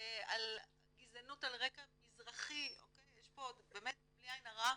על גזענות על רקע מזרחי, יש פה באמת "בלי עין הרע"